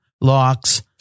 locks